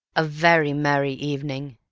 a very merry evening.